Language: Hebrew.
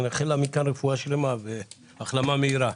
אני מאחל לה מכאן רפואה שלמה והחלמה מהירה.